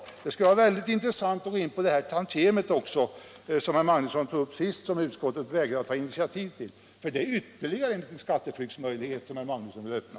Det skulle också vara väldigt intressant att gå in på det här tantiemet som herr Magnusson tog upp nu senast och där utskottet vägrade att ta initiativ för det är ytterligare en skatteflyktsmöjlighet som han där vill öppna.